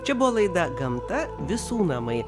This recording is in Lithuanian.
čia buvo laida gamta visų namai